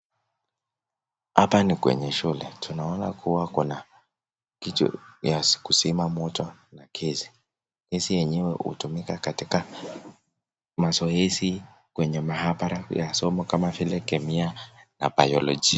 Hapa ni kwenye shule. Tunaona kuwa kuna kitu cha kuzima moto na gesi. Gesi yenyewe hutumika katika mazoezi kwenye maabara ya masomo kama vile kemia na biolojia.